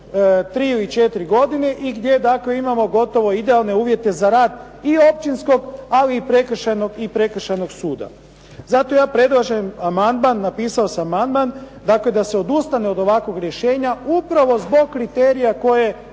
3 ili 4 godine i gdje dakle, imamo gotovo idealne uvjete za rad i općinskog ali i prekršajnog suda. Zato ja predlažem amandman, napisao sam amandman, dakle, da se odustane od ovakvog rješenja upravo zbog kriterija koje